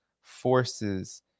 forces